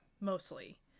mostly